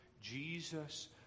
Jesus